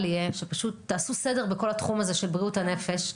יהיה שפשוט תעשו סדר בכל התחום הזה של בריאות הנפש.